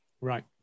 Right